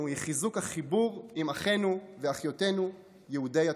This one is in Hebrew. הוא חיזוק החיבור עם אחינו ואחיותינו יהודי התפוצות.